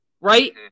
right